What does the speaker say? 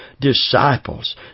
disciples